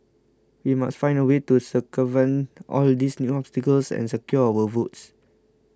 we must find a way to circumvent all these new obstacles and secure our votes